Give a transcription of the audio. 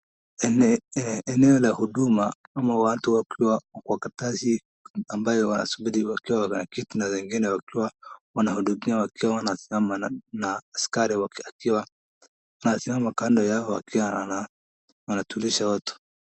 Eneo la huduma ama watu wakiwa ambayo wanasubiri wakiwa wanaketi na wengine wakiwa wanahudumiwa wakiwa wanasimama na askari akiwa anasimama kando yao akiwa anaatuliza watu.